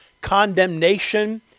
condemnation